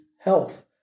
health